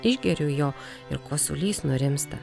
išgeriu jo ir kosulys nurimsta